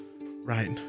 right